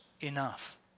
enough